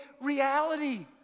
reality